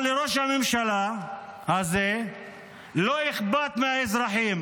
אבל לראש הממשלה הזה לא אכפת מהאזרחים,